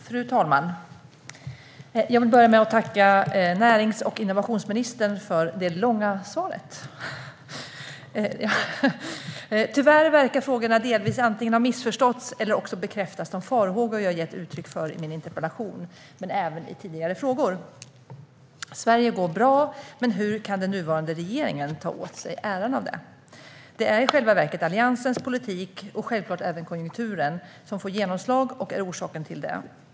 Fru talman! Jag vill börja med att tacka närings och innovationsministern för det långa svaret. Tyvärr verkar frågorna delvis antingen ha missförståtts eller också bekräftas de farhågor som jag gett uttryck för i min interpellation men även i tidigare frågor. Sverige går bra, men hur kan den nuvarande regeringen ta åt sig äran av det? Det är i själva verket Alliansens politik - och självklart även konjunkturen - som får genomslag och är orsaken till det.